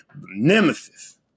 nemesis